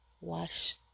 Wash